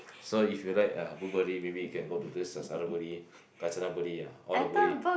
so if you like uh Buri maybe you can go to this a Suphan-Buri Kanchanaburi ah all the buri